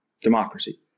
democracy